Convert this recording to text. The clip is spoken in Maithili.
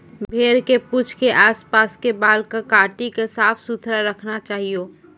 भेड़ के पूंछ के आस पास के बाल कॅ काटी क साफ सुथरा रखना चाहियो